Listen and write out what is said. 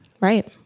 Right